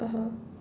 (uh huh)